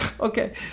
okay